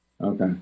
Okay